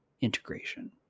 integration